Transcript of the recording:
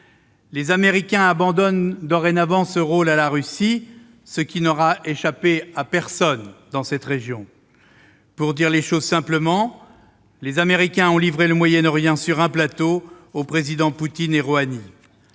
Les Américains abandonnent ce rôle à la Russie, ce qui n'a échappé à personne dans la région. Pour dire les choses simplement, les Américains ont livré le Moyen-Orient sur un plateau aux présidents Poutine et Rohani.